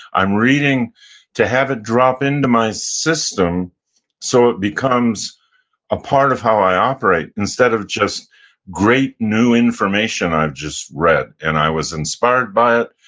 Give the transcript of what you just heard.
i'm reading to have it drop into my system so it becomes a part of how i operate instead of just great, new information i've just read, and i was inspired by it,